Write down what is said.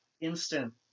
instant